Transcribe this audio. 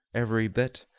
every bit.